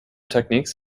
techniques